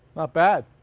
ah bad.